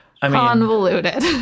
Convoluted